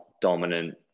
dominant